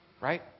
right